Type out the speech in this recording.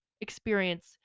experience